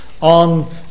on